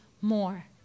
more